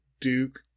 Duke